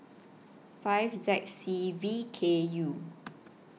five Z C V K U